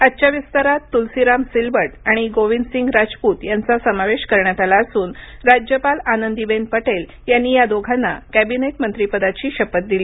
आजच्या विस्तारात तुलसीराम सिलवत आणि गोविंदसिंग राजपूत यांचा समावेश करण्यात आला असून राज्यपाल आनंदीबेन पटेल यांनी या दोघांना कॅबिनेट मंत्रीपदाची शपथ दिली